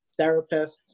therapists